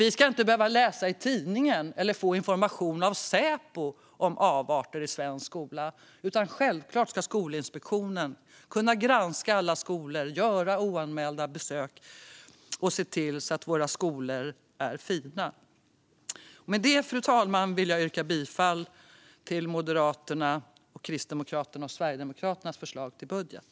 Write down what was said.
Vi ska inte behöva läsa i tidningen eller få information av Säpo om avarter i svensk skola, utan självklart ska Skolinspektionen kunna granska alla skolor, göra oanmälda besök och se till att våra skolor är fina. Med detta, fru talman, vill jag yrka bifall till Moderaternas, Kristdemokraternas och Sverigedemokraternas förslag till budget.